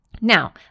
Now